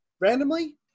randomly